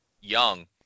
Young